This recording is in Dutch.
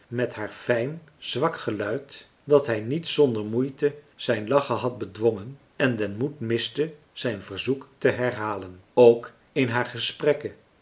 met haar fijn zwak geluid dat hij niet zonder moeite zijn lachen had bedwongen en den moed miste zijn verzoek te herhalen ook in haar gesprekken